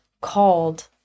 called